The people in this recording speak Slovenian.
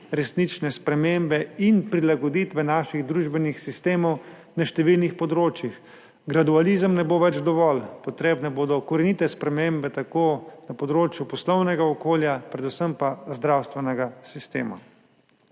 resnične spremembe in prilagoditve naših družbenih sistemov na številnih področjih. Gradualizem ne bo več dovolj, potrebne bodo korenite spremembe, tako na področju poslovnega okolja, predvsem pa zdravstvenega sistema.